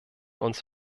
uns